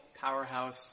powerhouse